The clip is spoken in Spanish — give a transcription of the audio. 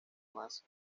mesa